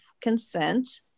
consent